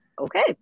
okay